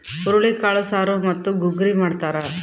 ಹುರುಳಿಕಾಳು ಸಾರು ಮತ್ತು ಗುಗ್ಗರಿ ಮಾಡ್ತಾರ